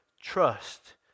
trust